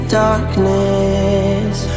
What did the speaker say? darkness